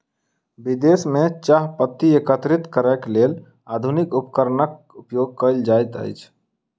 विदेश में चाह पत्ती एकत्रित करैक लेल आधुनिक उपकरणक उपयोग कयल जाइत अछि